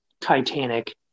titanic